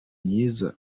myiza